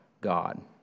God